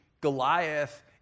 Goliath